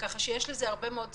ככה שיש לזה הרבה מאוד צדדים,